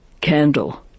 Candle